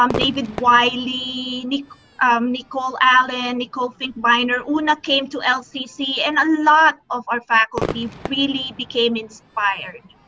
um david wiley, nicole nicole allen nicole finkbeiner. una came to lcc and a lot of our faculty really became inspired.